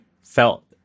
felt